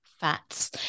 fats